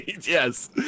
Yes